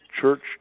church